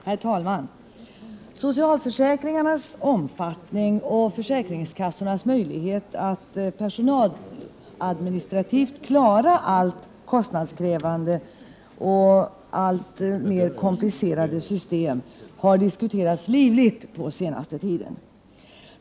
Herr talman! Socialförsäkringarnas omfattning och försäkringskassornas möjlighet att personaladministrativt klara alltmer kostnadskrävande och komplicerade system har diskuterats livligt på senaste tiden.